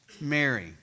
Mary